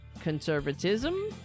conservatism